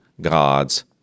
God's